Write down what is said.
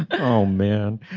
oh man.